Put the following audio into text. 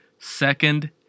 second